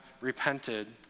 repented